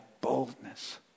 boldness